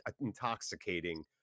intoxicating